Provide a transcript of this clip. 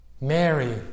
Mary